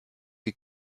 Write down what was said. die